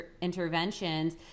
interventions